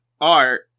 art